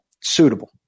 suitable